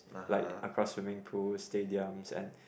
like across swimming pools stadiums and